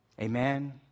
Amen